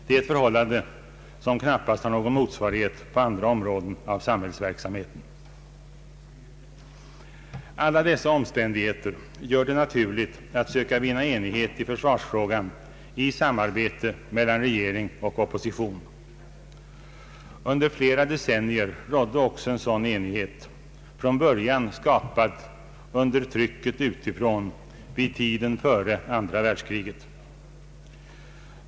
Det är ett förhållande som knappast har någon motsvarighet på andra områden av samhällsverksamheten. Aila dessa omständigheter gör det naturligt att söka vinna enighet i försvarsfrågan i samarbete mellan regering och opposition. Under flera decennier rådde också sådan enighet, från början skapad under trycket utifrån vid tiden före andra världskriget.